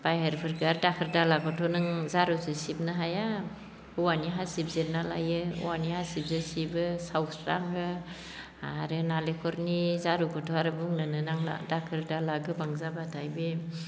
बाहेरफोरखो आरो दाखोर दालाखोथ' नों जारुजों सिबनो हाया औवानि हासिब जिरना लायो औवानि हासिबजो सिबो सावस्राङो आरो नारेंखलनि जारुखोथ' आरो बुंनोनो नाङा दाखोर दाला गोबां जाब्लाथाय बे